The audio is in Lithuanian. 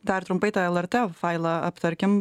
dar trumpai tą lrt failą aptarkim